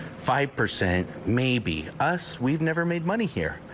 five percent maybe. us, we never made money here.